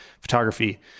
photography